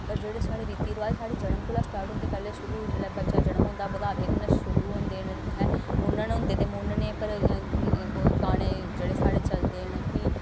पर जेह्ड़े साढ़े रीति रवाज साढ़े जन्म कोला स्टार्ट होंदे पैह्ले शुरू जिल्लै बच्चा जन्म होंदा बधावे कन्नै शुरू होंदे न मुन्नन होंदे ते मुन्नने उप्पर गाने जेह्ड़े साढ़े चलदे न फ्ही